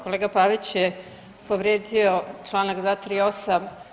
Kolega Pavić je povrijedio čl. 238.